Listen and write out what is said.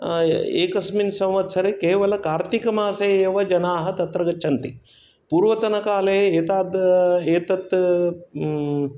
एकस्मिन् सम्वत्सरे केवलं कार्तिकमासे एव जनाः तत्र गच्छन्ति पूर्वतनकाले एतात् एतत्